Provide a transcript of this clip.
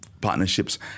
partnerships